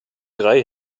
drei